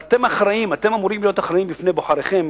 ואתם אמורים להיות אחראים בפני בוחריכם